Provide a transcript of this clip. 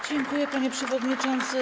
Dziękuję, panie przewodniczący.